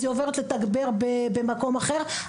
אז היא עוברת לתגבר במקום אחר.